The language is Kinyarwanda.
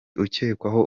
ucyekwaho